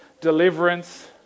deliverance